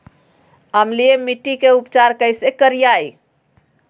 अम्लीय मिट्टी के उपचार कैसे करियाय?